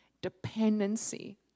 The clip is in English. dependency